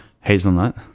Hazelnut